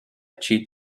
cheat